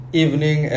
evening